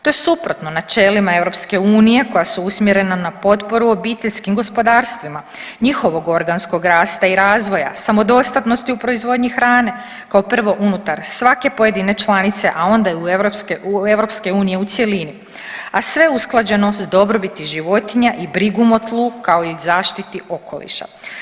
To je suprotno načelima EU koja su usmjerena na potporu obiteljskim gospodarstvima, njihovog organskog rasta i razvoja, samodostatnosti u proizvodnji hrane, kao prvo unutar svake pojedine članice, a onda i EU u cjelini, a sve usklađeno s dobrobiti životinja i brigom o tlu, kao i zaštiti okoliša.